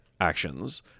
actions